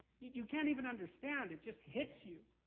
you can't even understand, it just hits you.